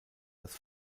das